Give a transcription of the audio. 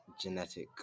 genetic